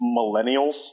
Millennials